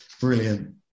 Brilliant